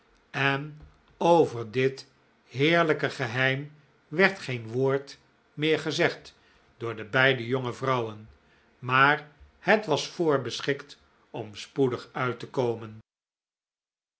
en over dit heerlijke geheim werd geen woord meer gezegd door de beide jonge vrouwen maar het was voorbeschikt om spoedig uit te komen